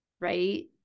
Right